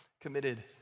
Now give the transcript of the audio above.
committed